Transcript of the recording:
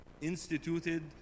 instituted